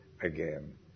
again